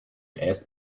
erst